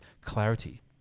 clarity